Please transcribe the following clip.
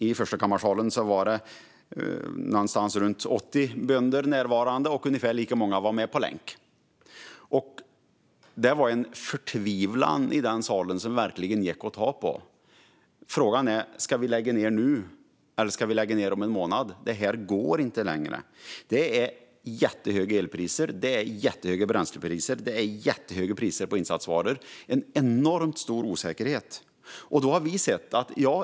I förstakammarsalen närvarade runt 80 bönder, och ungefär lika många var med på länk. Det var en förtvivlan i den salen som verkligen gick att ta på. Frågan de ställer sig är: Ska vi lägga ned nu eller om en månad? Det här går inte längre. Det är jättehöga elpriser, jättehöga bränslepriser och jättehöga priser på insatsvaror. Detta leder till en enormt stor osäkerhet.